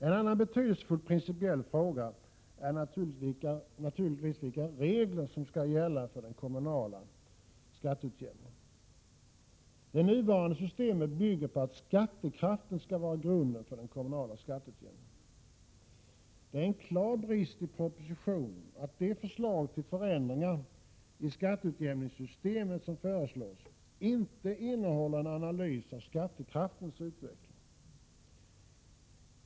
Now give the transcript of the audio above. En annan betydelsefull principiell fråga är naturligtvis vilka regler som skall gälla för den kommunala skatteutjämningen. Det nuvarande systemet bygger på att skattekraften skall vara grunden för den kommunala skatteut jämningen. Det är en klar brist i propositionen att de förslag till ändringar i skatteutjämningssystemet som föreslås inte innehåller en analys av skattekraftens utveckling.